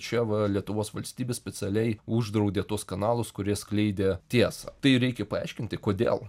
čia va lietuvos valstybė specialiai uždraudė tuos kanalus kurie skleidė tiesą tai reikia paaiškinti kodėl